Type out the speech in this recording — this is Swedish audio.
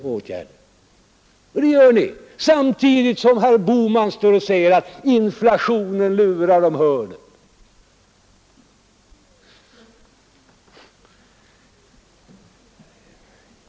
Sådant är de borgerligas förslag samtidigt som herr Bohman påstår att inflationen lurar om hörnet.